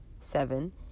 seven